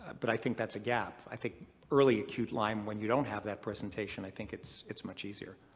but i think that's a gap. i think early acute lyme when you don't have that presentation. i think it's it's much easier.